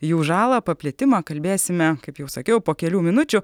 jų žalą paplitimą kalbėsime kaip jau sakiau po kelių minučių